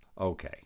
Okay